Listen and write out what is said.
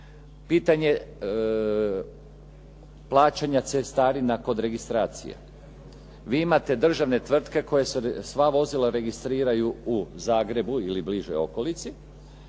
Pitanje plaćanja cestarina kod registracije. Vi imate državne tvrtke koje sva vozila registriraju u Zagrebu ili bližoj okolici